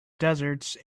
desert